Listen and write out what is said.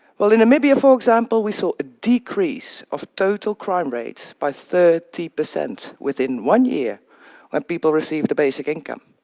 well, in namibia, for example, we saw a decrease of total crime rates by thirty percent, within one year when people received a basic income.